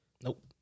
Nope